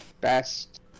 best